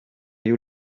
you